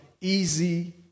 easy